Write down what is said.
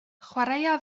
chwaraea